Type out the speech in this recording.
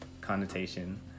connotation